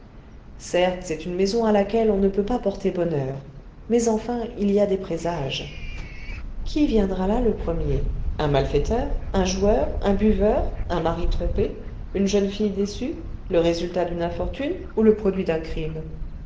certes c'est une maison à laquelle on ne peut pas porter bonheur mais enfin il y a des présages qui viendra là le premier un malfaiteur un joueur un buveur un mari trompé une jeune fille déçue le résultat d'une infortune ou le produit d'un crime